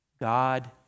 God